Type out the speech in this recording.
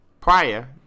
prior